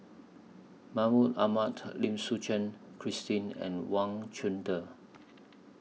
Mahmud Ahmad Lim Suchen Christine and Wang Chunde